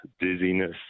dizziness